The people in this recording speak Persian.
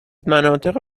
مناطق